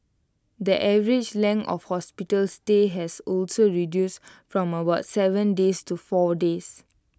the average length of hospital stay has also reduced from about Seven days to four days